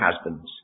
husbands